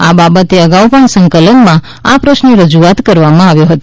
આ બાબતે અગાઉ પણ સંકલનમાં આ પ્રશ્ને રજૂઆત કરવામાં આવ્યો હતો